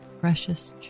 precious